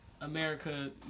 America